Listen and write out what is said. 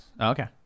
Okay